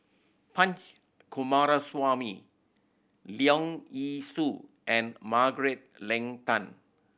Punch Coomaraswamy Leong Yee Soo and Margaret Leng Tan